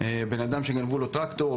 בן אדם שגנבו לו טרקטור,